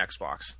Xbox